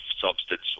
substance